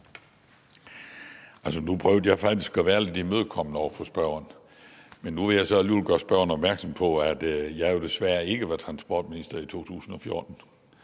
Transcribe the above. Nu prøvede jeg faktisk at være lidt imødekommende over for spørgeren, men jeg vil så alligevel gøre spørgeren opmærksom på, at jeg jo desværre ikke var transportminister i 2014